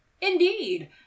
indeed